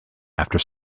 after